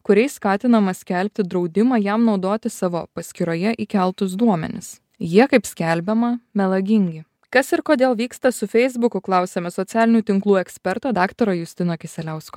kuriais skatinama skelbti draudimą jam naudotis savo paskyroje įkeltus duomenis jie kaip skelbiama melagingi kas ir kodėl vyksta su feisbuku klausiame socialinių tinklų eksperto daktaro justino kisieliausko